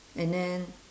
and then